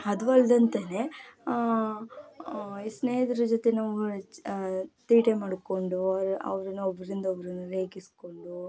ಅದು ಅಲ್ಲದೇ ಅಂತೆಯೇ ಈ ಸ್ನೇಹಿತ್ರ ಜೊತೆ ನಾವು ತೀಟೆ ಮಾಡಿಕೊಂಡು ಅವ ಅವ್ರನ್ನು ಒಬ್ಬರಿಂದ ಒಬ್ರನ್ನು ರೇಗಿಸಿಕೊಂಡು